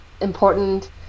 important